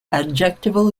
adjectival